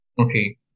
Okay